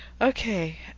Okay